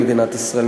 למדינת ישראל,